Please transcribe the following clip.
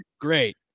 great